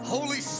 Holy